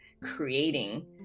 creating